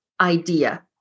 idea